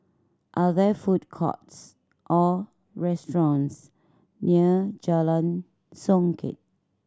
are there food courts or restaurants near Jalan Songket